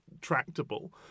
tractable